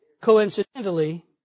Coincidentally